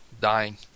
dying